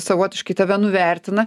savotiški tave nuvertina